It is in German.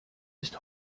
ist